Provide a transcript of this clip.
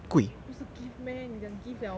不是 gift meh 你讲 gift liao [what]